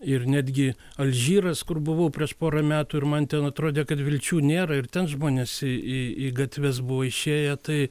ir netgi alžyras kur buvau prieš porą metų ir man ten atrodė kad vilčių nėra ir ten žmonės į į į gatves buvo išėję tai